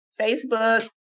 Facebook